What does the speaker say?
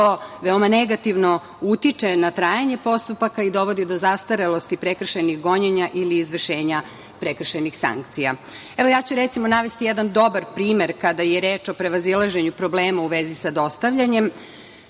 veoma negativno utiče na trajanje postupaka i dovodi do zastarelosti prekršajnih gonjenja ili izvršenja prekršajnih sankcija. Recimo, ja ću navesti jedan dobar primer, kada je reč o prevazilaženju problema u vezi sa dostavljanjem.